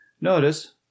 Notice